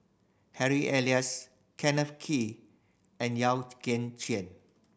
Harry Elias Kenneth Kee and Yeo Kian Chai